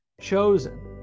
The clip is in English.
Chosen